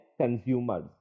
consumers